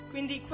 Quindi